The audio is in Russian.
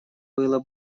было